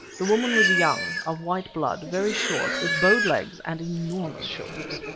the woman was young, of white blood, very short, with bowed legs and enormous shoulders.